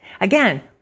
Again